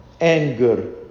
anger